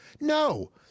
No